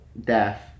deaf